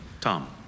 Tom